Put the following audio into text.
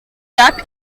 gap